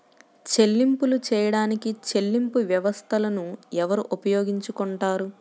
చెల్లింపులు చేయడానికి చెల్లింపు వ్యవస్థలను ఎవరు ఉపయోగించుకొంటారు?